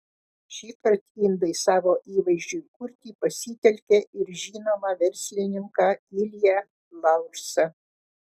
šįkart indai savo įvaizdžiui kurti pasitelkė ir žinomą verslininką ilją laursą